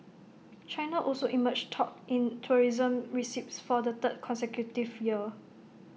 China also emerged top in tourism receipts for the third consecutive year